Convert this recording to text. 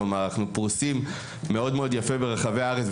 כלומר אנחנו פרוסים מאוד מאוד יפה ברחבי הארץ,